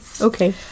Okay